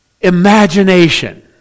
imagination